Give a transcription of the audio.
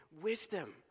wisdom